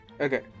Okay